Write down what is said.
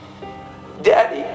daddy